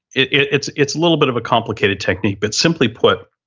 it's, it's a little bit of a complicated technique, but simply put,